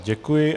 Děkuji.